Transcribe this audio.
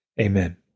Amen